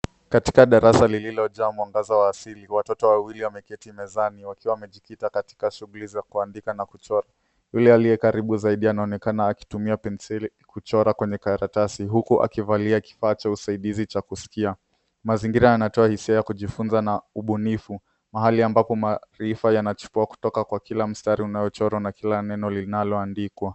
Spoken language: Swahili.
Katika darasa lililojaa mwangaza wa asili watoto wawili wameketi mezani wakiwa wamejikita katika shughuli za kuandika na kuchora. Yule aliye karibu zaidi anaonekana akitumia penseli kuchora kwenye karatasi huku akivalia kifaa cha usaidizi cha kusikia. Mazingira yanatoa hisia ya kujifunza na ubunifu mahali ambapo kila mstari unaochorwa na kila neno linalo andikwa.